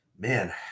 Man